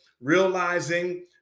realizing